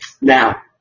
Now